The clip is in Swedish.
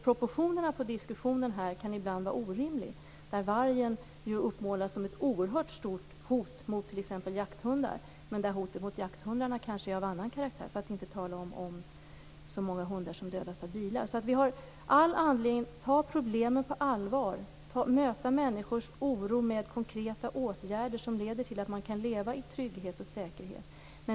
Proportionerna på diskussionen kan ibland vara orimliga. Vargen uppmålas som ett oerhört stort hot mot t.ex. jakthundar, men hotet mot jakthundar är kanske av en annan karaktär. Vi skall inte tala om hur många hundar som dödas av bilar. Vi har all anledning att ta problemen på allvar och möta människors oro med konkreta åtgärder som leder till att man kan leva i trygghet och säkerhet.